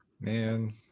Man